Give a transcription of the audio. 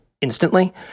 instantly